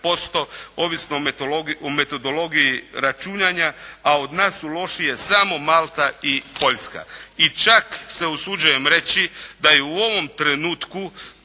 ovisno o metodologiji računanja, a od nas su lošije samo Malta i Poljska i čak se usuđujem reći da je u ovom trenutku